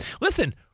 Listen